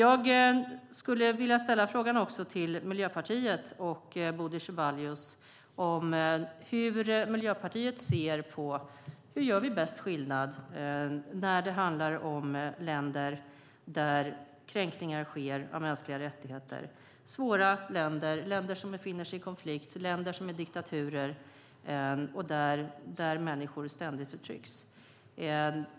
Jag skulle vilja ställa frågan till Miljöpartiet och Bodil Ceballos: Hur ser Miljöpartiet på hur vi bäst gör skillnad när det handlar om länder där kränkningar av mänskliga rättigheter sker? Det handlar om länder som befinner sig i konflikt och om länder som är diktaturer där människor ständigt förtrycks.